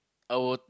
I would